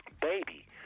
Baby